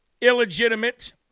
illegitimate